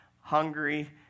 hungry